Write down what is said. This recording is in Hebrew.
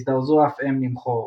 הזדרזו אף הם למכור.